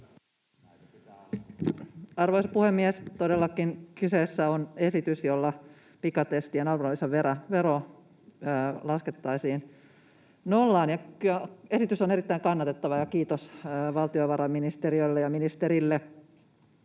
Arvoisa puhemies! Todellakin kyseessä on esitys, jolla pikatestien arvonlisävero laskettaisiin nollaan. Esitys on erittäin kannatettava, ja kiitos valtiovarainministeriölle ja ‑ministerille,